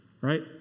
Right